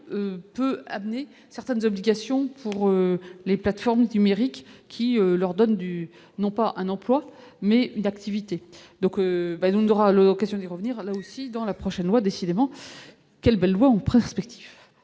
peut amener certaines obligations pour les plateformes numériques qui leur donne du non pas un emploi mais une activité, donc nous n'aura l'occasion d'y revenir, là aussi dans la prochaine loi décidément, quelle belle voix en prospectif.